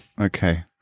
Okay